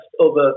over